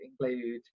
include